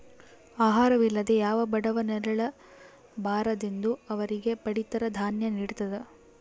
ಆಹಾರ ವಿಲ್ಲದೆ ಯಾವ ಬಡವ ನರಳ ಬಾರದೆಂದು ಅವರಿಗೆ ಪಡಿತರ ದಾನ್ಯ ನಿಡ್ತದ